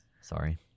sorry